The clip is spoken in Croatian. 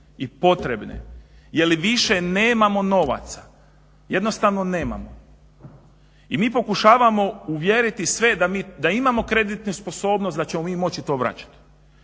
i potrebne jer više nemamo novaca, jednostavno nemamo. I mi pokušavamo uvjeriti sve da imamo kreditnu sposobnost da ćemo mi moći to vraćati.